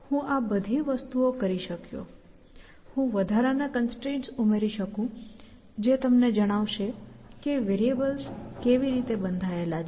હું આ બધી વસ્તુઓ કરી શક્યો હું વધારા ના કન્સ્ટ્રેઇન્ટ્સ ઉમેરી શકું જે તમને જણાવશે કે વેરિએબલ્સ કેવી રીતે બંધાયેલા છે